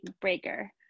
breaker